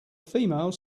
female